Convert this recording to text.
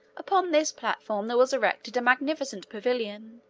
upon this platform there was erected a magnificent pavilion,